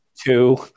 Two